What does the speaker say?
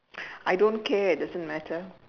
I don't care it doesn't matter